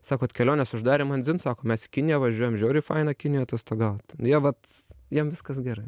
sako kad keliones uždarė man dzin sako mes į kiniją važiuojam žiauriai faina kinijoj atostogaut jie vat jiem viskas gerai